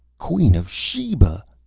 queen of sheba!